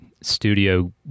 studio